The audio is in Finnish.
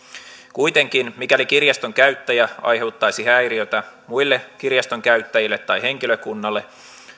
kuitenkin mikäli kirjastonkäyttäjä aiheuttaisi häiriötä muille kirjastonkäyttäjille tai henkilökunnalle